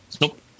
Nope